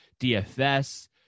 DFS